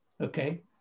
Okay